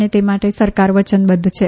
અને તે માટે સરકાર વચનબદ્વ છે